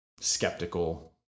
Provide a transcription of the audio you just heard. skeptical